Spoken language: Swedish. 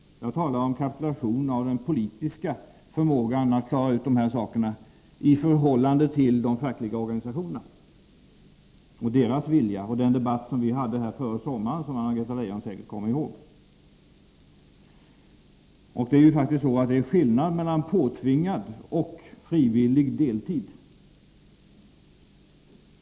Jag talade om en kapitulation av den politiska förmågan att klara ut dessa saker i förhållande till de fackliga organisationerna och deras vilja och den debatt som vi hade här före sommaren, som Anna-Greta Leijon säkert kommer ihåg. Det är ju skillnad mellan påtvingad och frivillig deltid.